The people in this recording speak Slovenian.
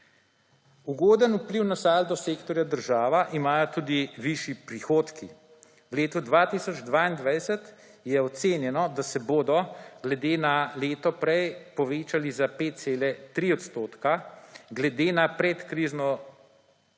Ugoden vpliv na saldo sektorja država imajo tudi višji prihodki. V letu 2022 je ocenjeno, da se bodo glede na leto prej povečali za 5,3 odstotka, glede na predkrizno